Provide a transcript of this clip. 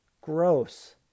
Gross